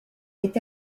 est